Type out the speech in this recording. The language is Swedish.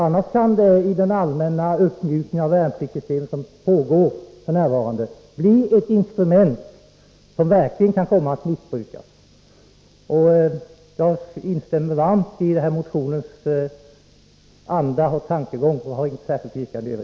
Annars kan det i den allmänna uppmjukning av värnpliktssystemet som f. n. pågår bli ett instrument som verkligen kan komma att missbrukas. Jag instämmer varmt i motionens anda och tankegång och har inget särskilt yrkande.